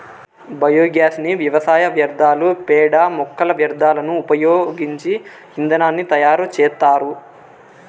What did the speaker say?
biogas ని వ్యవసాయ వ్యర్థాలు, పేడ, మొక్కల వ్యర్థాలను ఉపయోగించి ఇంధనాన్ని తయారు చేత్తారు